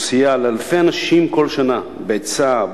והוא סייע לאלפי אנשים כל שנה בעצה,